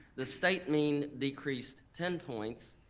the state mean decreased ten points,